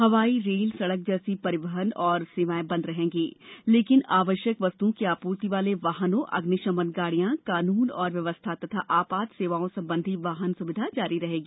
हवाई रेल सड़क जैसी परिवहन और सेवाएं बंद रहेंगी लेकिन आवश्य्क वस्तुओं की आपूर्ति वाले वाहनों अग्निशमन गाड़ियां कानून और व्यंवस्था तथा आपात सेवाओं संबंधी वाहन सुविधा जारी रहेगी